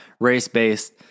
race-based